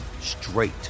straight